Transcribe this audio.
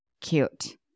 cute